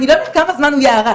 אני לא יודעת כמה זמן הוא ייארך.